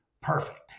perfect